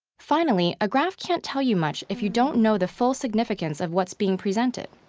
finally, a graph can't tell you much if you don't know the full significance of what's being presented.